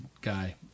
guy